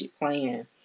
plan